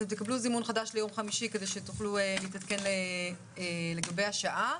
אתם תקבלו זימון חדש ליום חמישי כדי שתוכלו להתעדכן לגבי השעה.